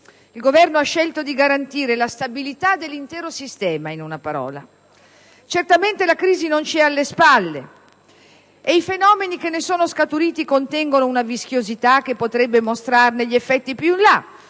Il Governo ha scelto di garantire la stabilità dell'intero sistema, in una parola. Certamente la crisi non ci è alle spalle e i fenomeni che ne sono scaturiti contengono una vischiosità che potrebbe mostrare gli effetti più in là;